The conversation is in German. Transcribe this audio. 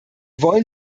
wollen